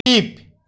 skip